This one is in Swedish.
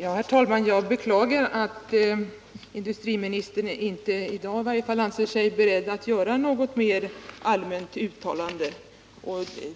Herr talman! Jag beklagar att industriministern inte i dag anser sig beredd att göra något mer allmänt uttalande.